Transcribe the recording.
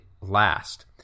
last